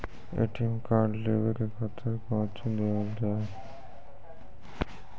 ATM card लेवे के खातिर कौंची देवल जाए?